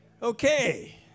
Okay